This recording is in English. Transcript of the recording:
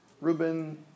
Ruben